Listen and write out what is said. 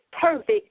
perfect